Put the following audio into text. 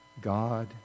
God